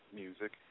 music